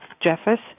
Jeffers